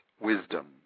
wisdom